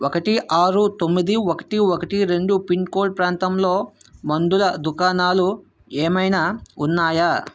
ఒకటి ఆరు తొమ్మిది ఒకటి ఒకటి రెండు పిన్ కోడ్ ప్రాంతంలో మందుల దుకాణాలు ఏమైనా ఉన్నాయా